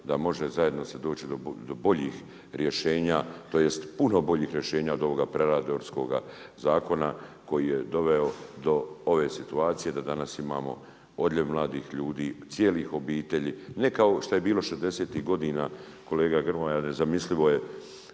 da može zajedno se doći do boljih rješenja, tj. puno boljih rješenja od ovoga predatorskoga zakona, koji je doveo do ove situacije da danas imamo odljev mladih ljudi, cijelih obitelji, ne kao što je bilo šezdesetih godina kolega Grmoja nezamislivo je